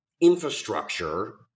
infrastructure